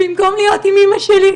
במקום להיות עם אמא שלי,